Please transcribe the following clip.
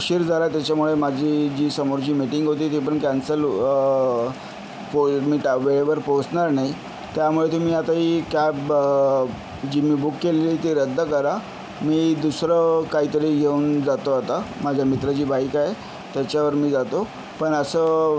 उशीर झाला त्याच्यामुळे माझी जी समोरची मिटींग होती ती पण कॅन्सल ओ होईल मी ट्या वेळेवर पोहोचणार नाही त्यामुळे तुम्ही आता ही कॅब जी मी बुक केलीय ती रद्द करा मी दुसरं कायतरी घेऊन जातो आता माझ्या मित्राची बाईक आहे त्याच्यावर मी जातो पण असं